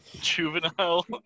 Juvenile